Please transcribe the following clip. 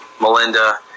Melinda